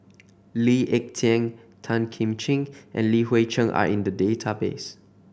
Lee Ek Tieng Tan Kim Ching and Li Hui Cheng are in the database